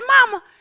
mama